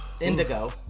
Indigo